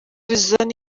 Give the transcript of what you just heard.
bizana